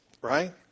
Right